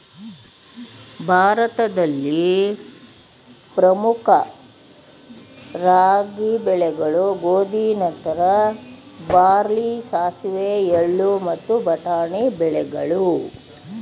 ಭಾರತದಲ್ಲಿ ಪ್ರಮುಖ ರಾಬಿ ಬೆಳೆಗಳು ಗೋಧಿ ನಂತರ ಬಾರ್ಲಿ ಸಾಸಿವೆ ಎಳ್ಳು ಮತ್ತು ಬಟಾಣಿ ಬೆಳೆಗಳು